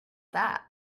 that